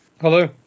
Hello